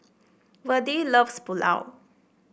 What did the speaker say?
Virdie loves Pulao